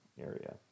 area